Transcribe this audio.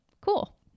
Cool